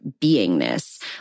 beingness